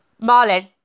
marlin